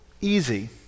easy